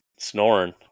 Snoring